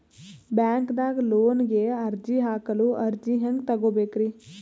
ಬ್ಯಾಂಕ್ದಾಗ ಲೋನ್ ಗೆ ಅರ್ಜಿ ಹಾಕಲು ಅರ್ಜಿ ಹೆಂಗ್ ತಗೊಬೇಕ್ರಿ?